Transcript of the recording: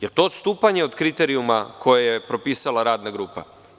Da li je to odstupanje od kriterijuma koje je propisala radna grupa?